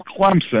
clemson